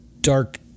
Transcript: dark